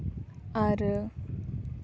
ᱟᱨ